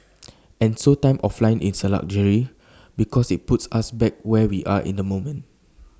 and so time offline is A luxury because IT puts us back where we are in the moment